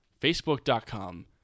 Facebook.com